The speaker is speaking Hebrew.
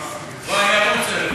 בוא, אני ארוץ אליך,